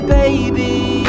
baby